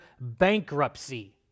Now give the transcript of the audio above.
bankruptcy